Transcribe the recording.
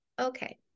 Okay